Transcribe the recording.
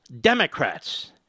Democrats